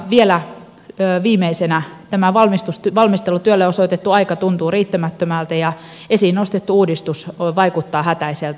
vielä viimeisenä tämä valmistelutyölle osoitettu aika tuntuu riittämättömältä ja esiin nostettu uudistus vaikuttaa hätäiseltä